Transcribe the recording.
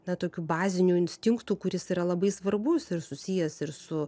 na tokių bazinių instinktų kuris yra labai svarbus ir susijęs ir su